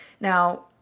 Now